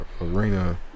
arena